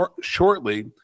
shortly